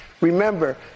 Remember